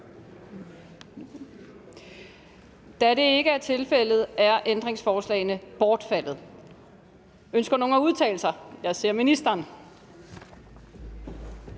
Da det ikke er tilfældet, er ændringsforslagene bortfaldet. Ønsker nogen at udtale sig? Jeg ser, at ministeren